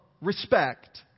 respect